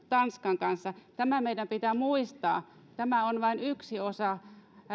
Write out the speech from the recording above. tanskan kanssa tämä meidän pitää muistaa tämä on vain yksi osa